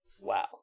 Wow